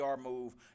move